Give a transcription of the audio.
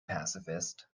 pacifist